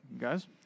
guys